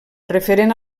referent